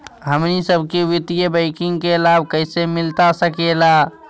हमनी सबके वित्तीय बैंकिंग के लाभ कैसे मिलता सके ला?